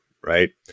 Right